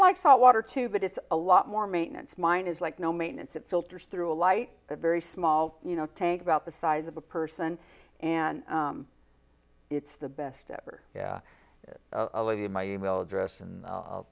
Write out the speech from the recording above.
like salt water too but it's a lot more maintenance mine is like no maintenance it filters through a light a very small you know tank about the size of a person and it's the best ever a lady in my email address and